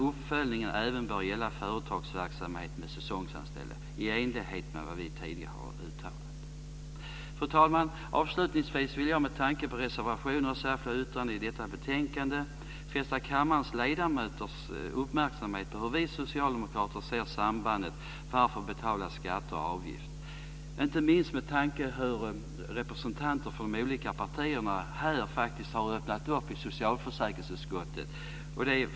Uppföljningen bör även gälla företagsamhet med säsongsanställda, i enlighet med vad vi tidigare har uttalat. Fru talman! Avslutningsvis vill jag, med tanke på reservationer och särskilda yttranden i detta betänkande, fästa kammarens ledamöters uppmärksamhet på hur vi socialdemokrater ser sambandet att betala skatter och avgifter. Detta beror inte minst på hur representanter för de olika partierna har ställt sig öppna för förslag i socialförsäkringsutskottet.